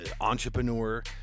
entrepreneur